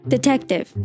Detective